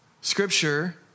scripture